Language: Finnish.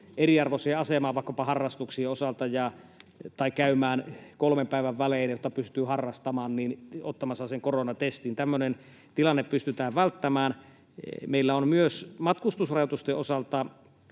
eriarvoiseen asemaan vaikkapa harrastuksien osalta tai käymään kolmen päivän välein ottamassa sen koronatestin, jotta pystyvät harrastamaan. Tämmöinen tilanne pystytään välttämään. Meillä on myös matkustusrajoitusten osalta